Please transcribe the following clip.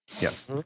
yes